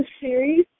series